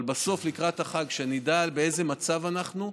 אבל בסוף, לקראת החג, כשנדע באיזה מצב אנחנו,